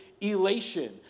elation